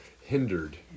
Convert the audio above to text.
hindered